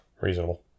Reasonable